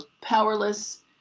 powerless